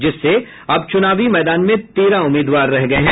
जिससे अब चुनावी मैदान में तेरह उम्मीदवार हैं